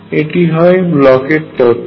এটি হয় ব্লকের তত্ত্ব